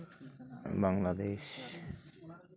Bangladesh